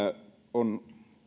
on